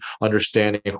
understanding